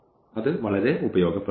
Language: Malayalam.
അത് വളരെ ഉപയോഗപ്രദമാണ്